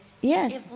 Yes